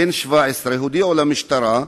בן 17, הודיעו למשטרה,